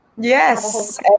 yes